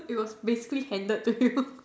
it was basically handed to you